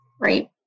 right